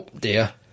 dear